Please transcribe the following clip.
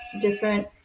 different